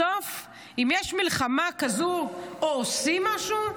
בסוף אם יש מלחמה כזו או עושים משהו,